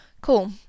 cool